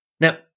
Now